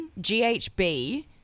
GHB